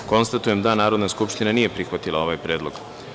Konstatujem da Narodna skupština nije prihvatila ovaj predlog.